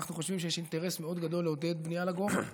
אנחנו חושבים שיש אינטרס מאוד גדול לעודד בנייה לגובה.